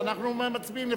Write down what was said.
אז אנחנו מצביעים לפי,